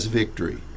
victory